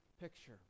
picture